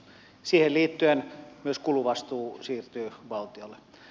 siihen liittyen myös kuluvastuu siirtyy valtiolle